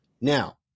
Now